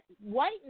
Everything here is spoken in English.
White